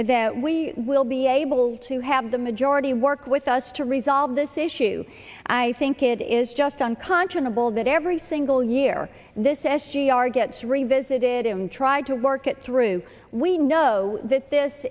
that we will be able to have the majority work with us to resolve this issue and i think it is just unconscionable that every single year this s g r gets revisited him try to work it through we know that this